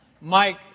Mike